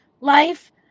life